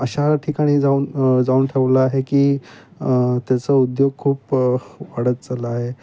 अशा ठिकाणी जाऊन जाऊन ठेवलं आहे की त्याचा उद्योग खूप वाढत चाललं आहे